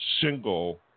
single